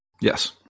Yes